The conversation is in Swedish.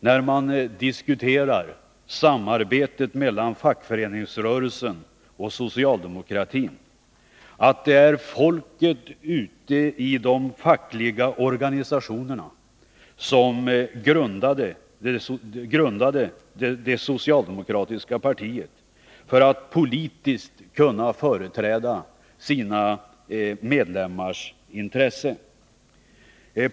När man diskuterar samarbetet mellan fackföreningsrörelsen och socialdemokratin får man således aldrig glömma bort att det är folket ute i de fackliga organisationerna som grundade det socialdemokratiska partiet för att politiskt kunna företräda sina medlemmars intressen.